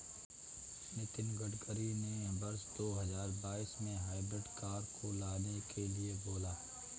नितिन गडकरी ने वर्ष दो हजार बाईस में हाइब्रिड कार को लाने के लिए बोला